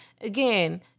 again